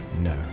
No